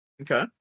Okay